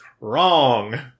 wrong